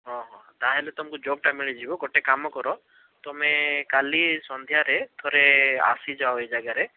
ହଁ ହଁ ତା' ହେଲେ ତମକୁ ଜବ୍ଟା ମିଳିଯିବ ଗୋଟେ କାମ କର ତମେ କାଲି ସଂଧ୍ୟାରେ ଥରେ ଆସିଯାଅ ଏଇ ଜାଗାରେ